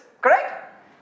Correct